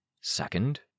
Second